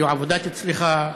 היו עבודות אצלך,